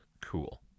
Cool